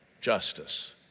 justice